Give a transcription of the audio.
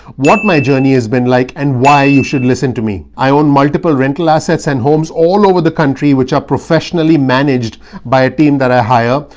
what my journey has been like and why you should listen to me. i own multiple rental assets and homes all over the country, which are professionally managed by a team that i hire.